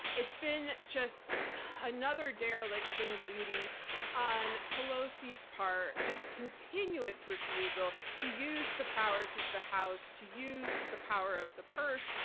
it's been just another dereliction of duty on pelosi's part, just continuous refusal to use the powers of the house, to use the power of the purse,